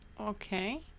Okay